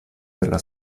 della